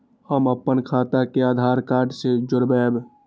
हम अपन खाता के आधार कार्ड के जोरैब?